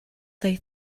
they